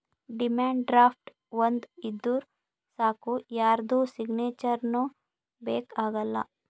demand draft ಒಂದ್ ಇದ್ದೂರ್ ಸಾಕ್ ಯಾರ್ದು ಸಿಗ್ನೇಚರ್ನೂ ಬೇಕ್ ಆಗಲ್ಲ